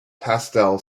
pastel